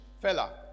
fella